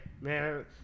man